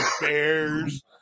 bears